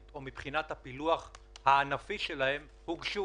על מנת להגביר את התחרות.